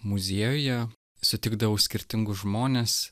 muziejuje sutikdavau skirtingus žmones